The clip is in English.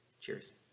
Cheers